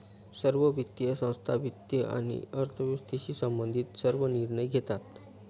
सर्व वित्तीय संस्था वित्त आणि अर्थव्यवस्थेशी संबंधित सर्व निर्णय घेतात